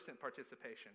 participation